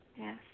Yes